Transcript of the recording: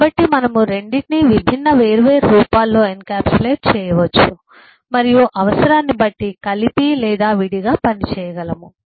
కాబట్టి మనము రెండింటినీ విభిన్న వేర్వేరు రూపాల్లో ఎన్క్యాప్సులేట్ చేయవచ్చు మరియు అవసరాన్ని బట్టి కలిపి లేదా విడిగా పనిచేయగలము